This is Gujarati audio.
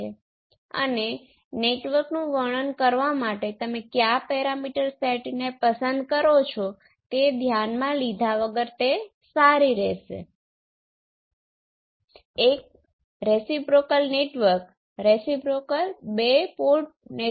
ત્યાં કેટલીક અન્ય સર્કિટ્સ એક આદર્શ ઓપ એમ્પ હોય